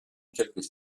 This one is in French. quelques